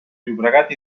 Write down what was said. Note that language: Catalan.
llobregat